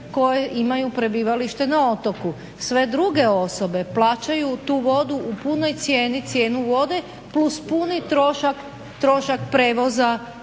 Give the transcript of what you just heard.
koje imaju prebivalište na otoku. Sve druge osobe plaćaju tu vodu u punoj cijeni cijenu vode plus puni trošak prijevoza